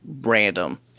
random